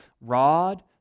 rod